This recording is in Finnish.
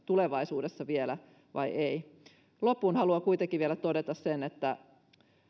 tulevaisuudessa vielä vai ei loppuun haluan kuitenkin vielä todeta sen että